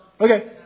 Okay